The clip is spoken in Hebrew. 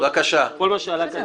כל מה שעלה כאן,